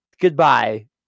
goodbye